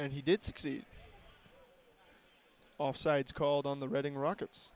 and he did succeed offsides called on the redding rockets